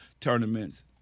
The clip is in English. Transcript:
tournaments